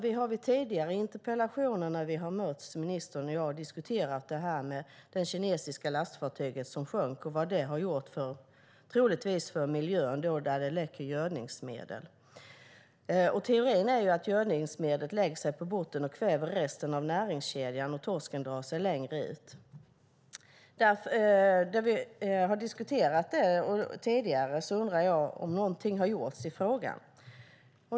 Vi har mötts i tidigare interpellationsdebatter, ministern och jag, och då har vi diskuterat det kinesiska lastfartyg som sjönk och vad det troligtvis har inneburit för miljön att det läcker gödningsmedel. Teorin är att gödningsmedlet lägger sig på botten och kväver resten av näringskedjan och att torsken därför drar sig längre ut. Vi har diskuterat det här tidigare, och jag undrar om någonting har gjorts i frågan.